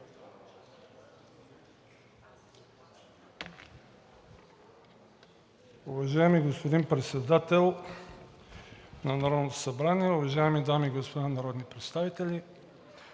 Уважаеми господин Председател на Народното събрание, уважаеми дами и господа народни представители!